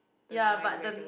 ya but the